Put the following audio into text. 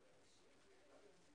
אבל עוד לא קיבלתי מידע,